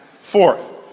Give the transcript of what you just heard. fourth